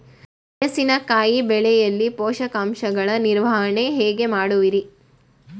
ಮೆಣಸಿನಕಾಯಿ ಬೆಳೆಯಲ್ಲಿ ಪೋಷಕಾಂಶಗಳ ನಿರ್ವಹಣೆ ಹೇಗೆ ಮಾಡುವಿರಿ?